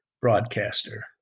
broadcaster